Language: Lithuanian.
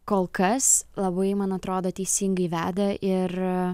kol kas labai man atrodo teisingai veda ir